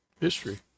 history